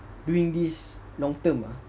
doing this long term